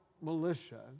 militia